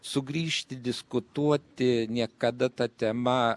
sugrįžti diskutuoti niekada ta tema